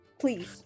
Please